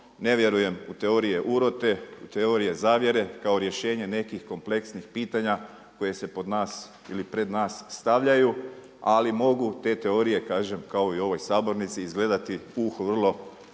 ne vjerujem u teorije urote, u teorije zavjere kao rješenje nekih kompleksnih pitanja koje se pod nas ili pred nas stavljaju. Ali mogu te teorije, kažem kao i u ovoj sabornici izgledati …/Govornik